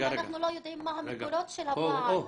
גם אנחנו לא יודעים מה המקורות של הפער הזה.